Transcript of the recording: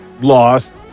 Lost